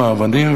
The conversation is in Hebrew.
עם האבנים,